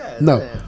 No